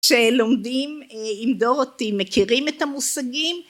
שלומדים עם דורתי מכירים את המושגים